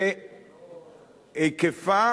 בהיקפה